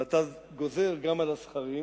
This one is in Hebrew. ואתה גוזר גם על הזכרים